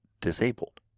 disabled